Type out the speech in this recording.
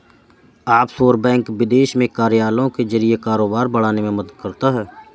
offshore bank विदेश में कार्यालयों के जरिए कारोबार बढ़ाने में मदद करता है